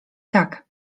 tak